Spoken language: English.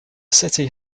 city